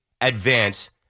advance